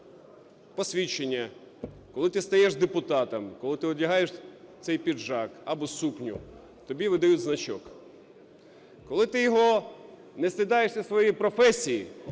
коли ти стаєш депутатом, коли ти одягаєш цей піджак або сукню, тобі видають значок. Коли ти його… не стидаєшся своєї професії,